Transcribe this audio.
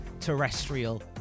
terrestrial